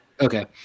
Okay